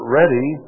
ready